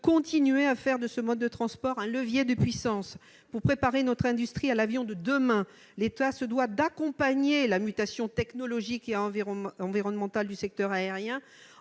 continuer à faire de ce mode de transport un levier de puissance, pour préparer notre industrie à l'avion de demain. L'État se doit d'accompagner la mutation technologique et environnementale du secteur aérien,